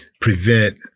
prevent